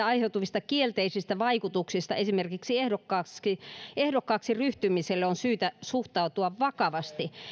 aiheutuvista kielteisistä vaikutuksista esimerkiksi ehdokkaaksi ehdokkaaksi ryhtymiselle on syytä suhtautua vakavasti